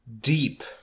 deep